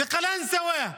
בקלנסווה.